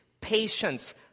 patience